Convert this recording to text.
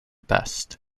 best